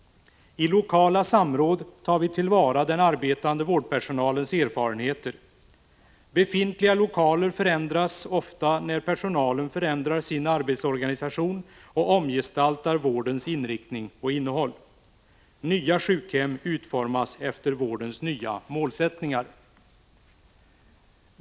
I lokala samråd tar vi tillvara den arbetande vårdpersonalens erfarenheter. Befintliga lokaler förändras ofta när personalen förändrar sin arbetsorganisation och omgestaltar vårdens inriktning och innehåll. Nya sjukhem utformas efter vårdens nya målsättningar.